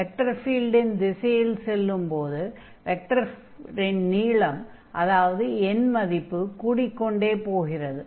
vector ஃபீல்டின் திசையில் செல்லும் போது வெக்டரின் நீளம் அதாவது எண்மதிப்பு கூடிக் கொண்டே போகிறது